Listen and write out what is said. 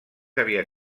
aviat